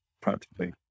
practically